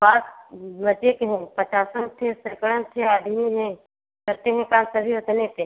बात मजे के हैं पचासन ठे सैंकणन ठे आदमी हैं करते हैं काम सभी ओतने पर